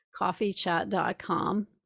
coffeechat.com